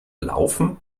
laufen